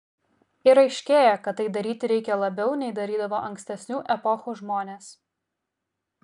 ir aiškėja kad tai daryti reikia labiau nei darydavo ankstesnių epochų žmonės